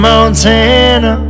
Montana